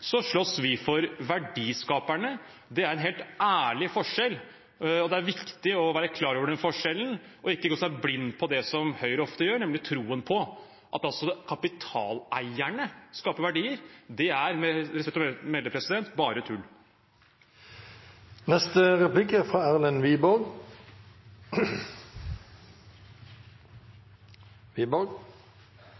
slåss vi for verdiskaperne. Det er en helt ærlig forskjell, og det er viktig å være klar over den forskjellen og ikke se seg blind på det som Høyre ofte gjør, nemlig troen på at kapitaleierne skaper verdier. Det er med respekt å melde bare tull. Problemet til sosialister og kommunister er